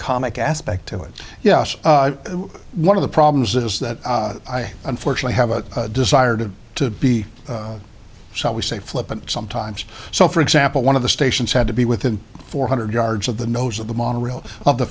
comic aspect to it yeah one of the problems is that i unfortunately have a desire to to be so we say flippant sometimes so for example one of the stations had to be within four hundred yards of the nose of the monorail of the